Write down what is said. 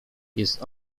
jest